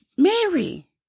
Mary